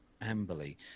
Amberley